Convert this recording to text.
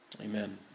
amen